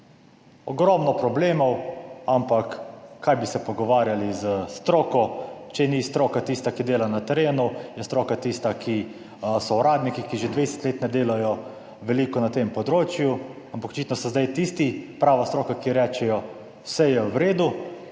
ogromno problemov, ampak kaj bi se pogovarjali s stroko. Če ni stroka tista, ki dela na terenu, je stroka tista, ki so uradniki, ki že 20 let ne delajo veliko na tem področju, ampak očitno so zdaj tisti prava stroka, ki rečejo: vse je v redu.